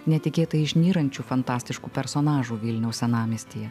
netikėtai išnyrančių fantastiškų personažų vilniaus senamiestyje